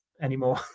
anymore